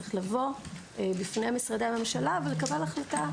צריך לבוא בפני משרדי הממשלה ולקבל החלטה.